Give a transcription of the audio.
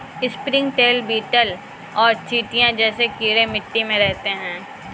springtail, beetle और चींटियां जैसे कीड़े मिट्टी में रहते हैं